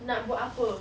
nak buat apa